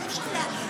אז אי-אפשר להגיד.